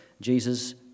Jesus